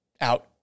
out